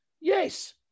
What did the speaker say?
yes